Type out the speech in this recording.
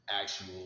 actual